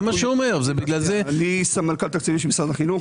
אני סמנכ"ל תקציבים של משרד החינוך,